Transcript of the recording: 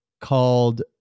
called